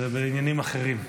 זה בעניינים אחרים.